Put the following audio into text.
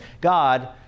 God